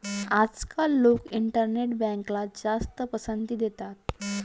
आजकाल लोक इंटरनेट बँकला जास्त पसंती देतात